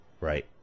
Right